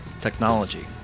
technology